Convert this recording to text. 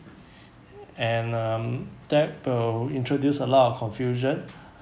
and um that will introduce a lot of confusion